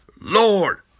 Lord